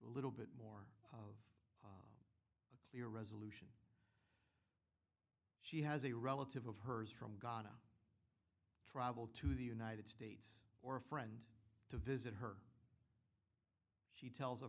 little bit more clear resolution she has a relative of hers from gonna travel to the united states or a friend to visit her she tells a